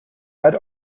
red